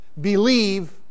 believe